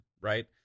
right